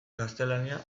gaztelania